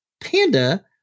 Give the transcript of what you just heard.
Panda